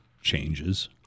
changes